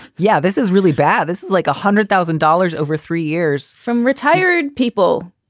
yeah. this is really bad. this is like hundred thousand dollars over three years from retired people.